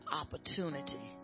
opportunity